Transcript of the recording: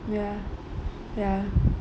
ya ya